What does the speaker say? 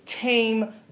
tame